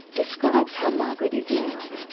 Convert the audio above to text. describes how margaret is now.